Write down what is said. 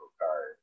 card